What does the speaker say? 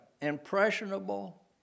impressionable